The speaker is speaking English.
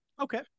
Okay